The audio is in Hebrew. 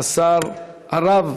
הרב